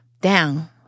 down